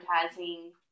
advertising